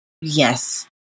yes